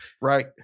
right